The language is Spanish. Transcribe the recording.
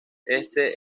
este